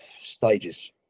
stages